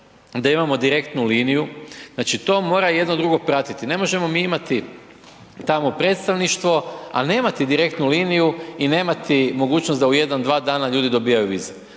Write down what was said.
da imamo direktnu liniju, znači, to mora jedno drugo pratiti. Ne možemo mi imati tamo predstavništvo, al nemati direktnu liniju i nemati mogućnost da u jedan, dva dana ljudi dobivaju vize.